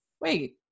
wait